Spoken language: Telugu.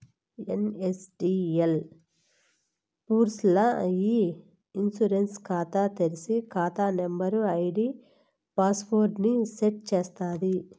ఎన్.ఎస్.డి.ఎల్ పూర్స్ ల్ల ఇ ఇన్సూరెన్స్ కాతా తెర్సి, కాతా నంబరు, ఐడీ పాస్వర్డ్ ని సెట్ చేస్తాది